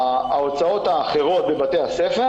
ההוצאות האחרות בבתי הספר.